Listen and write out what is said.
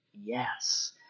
yes